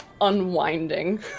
unwinding